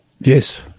yes